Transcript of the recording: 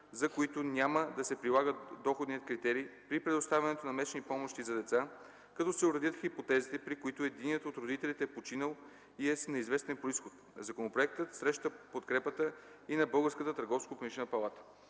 за които няма да се прилага доходният критерий при предоставянето на месечни помощи за деца, като се уредят хипотезите, при които единият от родителите е починал или е с неизвестен произход. Законопроектът среща подкрепата и на Българската търговско-промишлена палата.